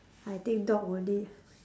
I think dog only